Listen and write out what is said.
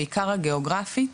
בעיקר הגיאוגרפית,